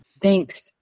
Thanks